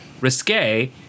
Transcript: risque